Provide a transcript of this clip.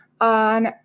on